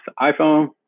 iPhone